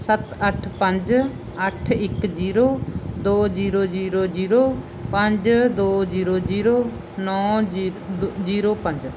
ਸੱਤ ਅੱਠ ਪੰਜ ਅੱਠ ਇਕ ਜੀਰੋ ਦੋ ਜੀਰੋ ਜੀਰੋ ਜੀਰੋ ਪੰਜ ਦੋ ਜੀਰੋ ਜੀਰੋ ਨੌਂ ਜੀ ਬ ਜੀਰੋ ਪੰਜ